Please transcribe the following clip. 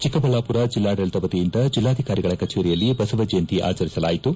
ಚಿಕ್ಕಬಳ್ಳಾಪುರ ಜಿಲ್ಲಾಡಳಿತ ವತಿಯಿಂದ ಜಿಲ್ಲಾಧಿಕಾರಿಗಳ ಕಚೇರಿಯಲ್ಲಿ ಬಸವಜಯಂತಿ ಆಚರಿಸಲಾಯಿತು